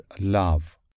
Love